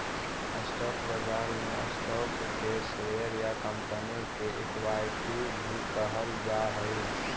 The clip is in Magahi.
स्टॉक बाजार में स्टॉक के शेयर या कंपनी के इक्विटी भी कहल जा हइ